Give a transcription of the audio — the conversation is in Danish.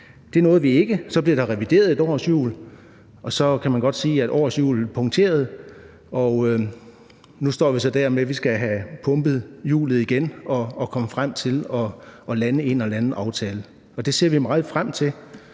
Det nåede vi ikke. Så blev et årshjul revideret, og så kan man godt sige, at årshjulet punkterede. Nu står vi så der, hvor vi skal have pumpet hjulet igen og komme frem til at lande en eller anden aftale. Det ser vi meget frem til.